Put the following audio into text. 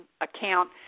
account